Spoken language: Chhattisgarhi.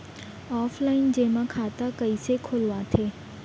ऑफलाइन जेमा खाता कइसे खोलवाथे?